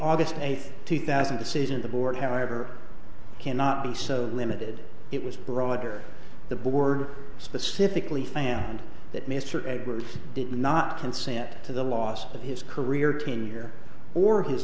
august eighth two thousand decision the board however cannot be so limited it was broader the board specifically fand that mr edwards did not consent to the loss of his career tenure or his